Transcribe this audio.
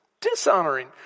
dishonoring